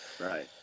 Right